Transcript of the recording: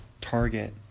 target